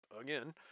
again